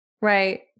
Right